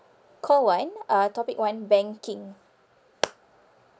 call one uh topic one banking